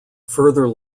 further